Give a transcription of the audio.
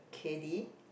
Cady